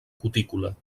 cutícula